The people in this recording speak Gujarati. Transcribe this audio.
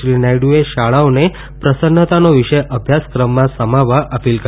શ્રી નાયડુએ શાળાઓને પ્રસન્નતાનો વિષય અભ્યાસક્રમમાં સમાવવા અપીલ કરી હતી